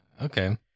okay